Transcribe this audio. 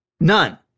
None